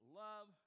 love